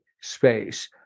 space